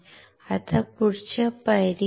आता पुढची पायरी काय